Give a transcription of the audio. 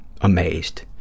amazed